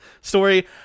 story